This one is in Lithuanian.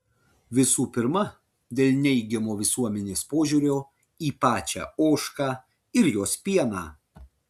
visų pirma dėl neigiamo visuomenės požiūrio į pačią ožką ir jos pieną